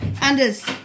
Anders